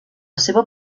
seva